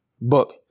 book